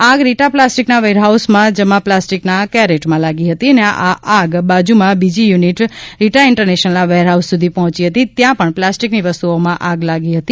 આગ રિટા પ્લાસ્ટિકના વેર હાઉસમાં જમા પ્લાસ્ટિકના કૈરેટમાં લાગી હતી અને આ આગ બાજીમાં બિજી યુનિટ રિટા ઇન્ટરનેશનલના વેરહાઉસ સુધી પહોંચી હતી ત્યાં પણ પ્લાસ્ટિકની વસ્ત્રઓમાં આગ લાગી હતી